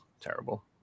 terrible